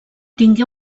tingué